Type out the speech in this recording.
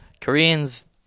Koreans